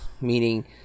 meaning